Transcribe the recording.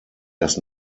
dass